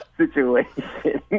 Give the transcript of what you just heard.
situation